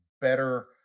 better